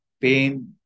pain